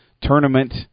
tournament